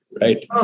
right